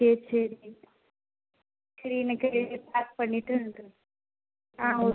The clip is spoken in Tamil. ஓகே சரி சரி எனக்கு பேக் பண்ணிவிட்டு ஆ ஓகே